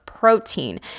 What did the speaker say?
protein